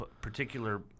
particular